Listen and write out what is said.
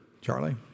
charlie